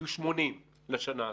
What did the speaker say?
יהיו 80 מיליון שקלים לשנה הזאת.